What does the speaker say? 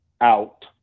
out